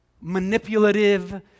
manipulative